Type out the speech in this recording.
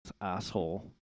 asshole